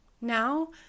Now